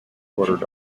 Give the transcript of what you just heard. ordered